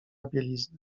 bieliznę